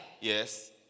Yes